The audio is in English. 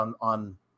on